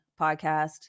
podcast